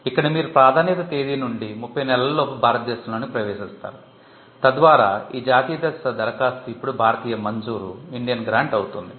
ఇక్కడ మీరు ప్రాధాన్యత తేదీ నుండి 30 నెలలలోపు భారతదేశంలోకి ప్రవేశిస్తారు తద్వారా ఈ జాతీయ దశ దరఖాస్తు ఇప్పుడు భారతీయ మంజూరు అవుతుంది